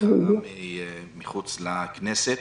מחאה מחוץ לכנסת.